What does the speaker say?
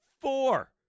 Four